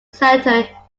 centre